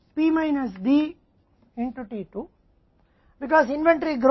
अब हमारे पास यह मात्रा है जो IM है जो अधिकतम इन्वेंट्री है